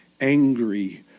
angry